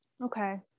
Okay